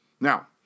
Now